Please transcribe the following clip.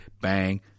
bang